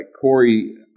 Corey